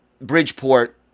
Bridgeport